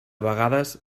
vegades